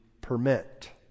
permit